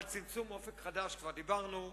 על צמצום "אופק חדש" כבר דיברנו.